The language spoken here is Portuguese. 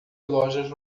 lojas